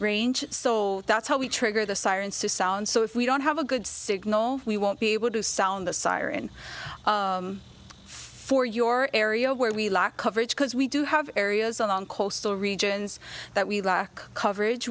range so that's how we trigger the sirens to sound so if we don't have a good signal we won't be able to sound the siren for your area where we lock coverage because we do have areas along coastal regions that we lack coverage